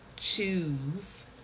choose